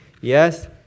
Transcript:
Yes